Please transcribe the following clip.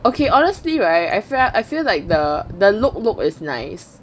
okay honestly right I felt I feel like the the lok lok is nice